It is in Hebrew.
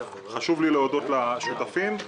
חשוב לי להודות לשותפים.